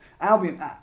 Albion